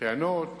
טענות